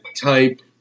type